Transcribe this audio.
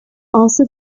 also